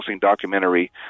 documentary